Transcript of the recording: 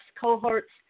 cohorts